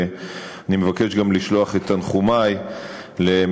ואני מבקש גם לשלוח את תנחומי למשפחות